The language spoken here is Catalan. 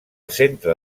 centre